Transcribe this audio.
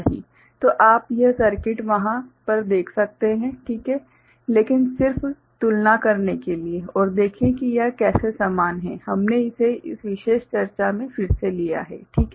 तो आप यह सर्किट वहाँ पर देख सकते हैं ठीक है लेकिन सिर्फ तुलना करने के लिए और देखें कि यह कैसे समान है हमने इसे इस विशेष चर्चा में फिर से लिया है ठीक है